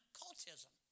cultism